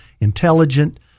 intelligent